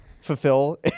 fulfill